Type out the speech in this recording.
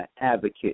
advocate